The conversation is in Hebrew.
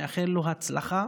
מאחל לו הצלחה.